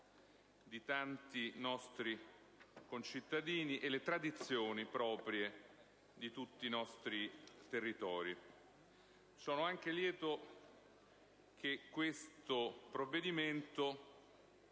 di tanti nostri concittadini e alle tradizioni proprie di tutti i nostri territori. Sono anche lieto che questo provvedimento